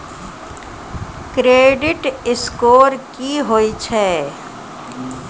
Credit score की होय छै?